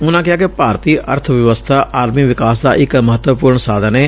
ਉਨੂਂ ਕਿਹਾ ਕਿ ਭਾਰਤੀ ਅਰਥ ਵਿਵਸਬਾ ਆਲਮੀ ਵਿਕਾਸ ਦਾ ਇਕ ਮਹੱਤਵਪੁਰਨ ਸਾਧਨ ਏ